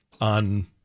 on